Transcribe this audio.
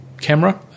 camera